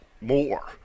more